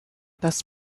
das